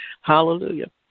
Hallelujah